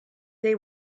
they